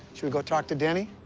shall we go talk to danny?